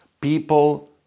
people